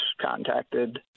contacted